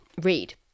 read